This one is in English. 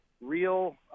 real